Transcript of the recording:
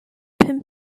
pum